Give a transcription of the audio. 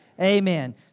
amen